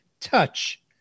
touch